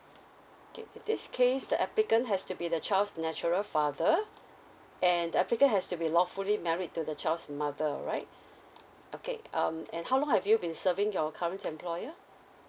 okay in this case the applicant has to be the child's natural father and the applicant has to be lawfully married to the child's mother right okay um and how long have you been serving your current employer